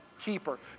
keeper